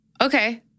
Okay